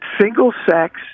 single-sex